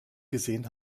gesehen